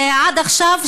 ועד עכשיו,